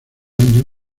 año